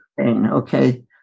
Okay